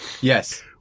yes